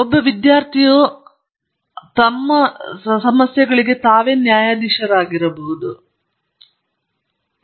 ಒಬ್ಬ ವಿದ್ಯಾರ್ಥಿಯು ಸಾಮಾನ್ಯವಾಗಿ ನ್ಯಾಯಾಧೀಶರಾಗಬಹುದು ಎಂದು ಅವನ ಅದಕ್ಷತೆ ಅಲ್ಲ ಇದು ಬಹಳ ಅಪರೂಪ